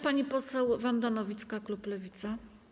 Pani poseł Wanda Nowicka, klub Lewica.